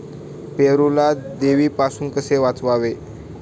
पेरूला देवीपासून कसे वाचवावे?